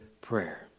prayer